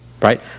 right